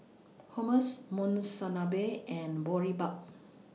Hummus Monsunabe and Boribap